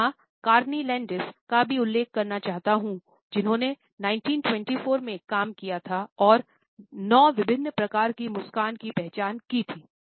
मैं यहाँ Carney Landis का भी उल्लेख करना चाहूँगा जिन्होंने 1924 में काम किया था और 9 विभिन्न प्रकार की मुस्कान की पहचान की थी